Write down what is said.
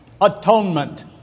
atonement